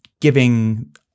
giving